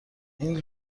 این